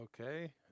Okay